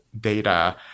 data